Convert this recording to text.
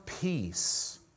peace